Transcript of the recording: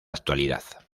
actualidad